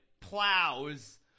plows